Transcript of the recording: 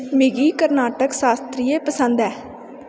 मिगी कर्नाटक शास्त्रीय पसंद ऐ